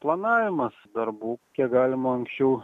planavimas darbų kiek galima anksčiau